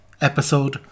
episode